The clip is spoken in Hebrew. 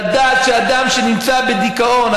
לדעת שאדם שנמצא בדיכאון,